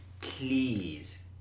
please